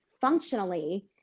functionally